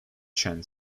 chan